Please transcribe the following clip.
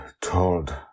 told